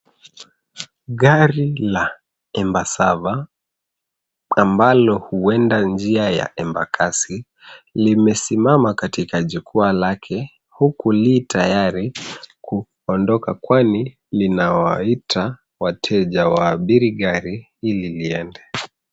Gari la Embasava ambalo huenda njia ya Embakasi limesimama katika jukwaa lake huku lii tayari kuondoka kwani linawaita wateja waabiri gari ili liende.